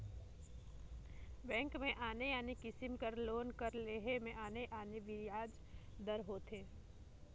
bank में आने आने किसिम कर लोन कर लेहे में आने आने बियाज दर होथे